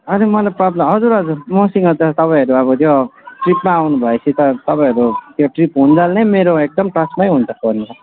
अनि मलाई प्रब्लम हजुर हजुर मसँग त तपाईँहरू अब त्यो ट्रिपमा आउनुभएपछि त तपाईँहरू त्यो ट्रिप होउन्जेल नै मेरो एकदम टचमै हुन्छ फोन त